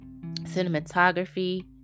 cinematography